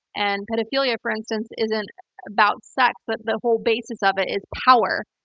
and pedophilia, for instance, isn't about sex. the the whole basis of it is power,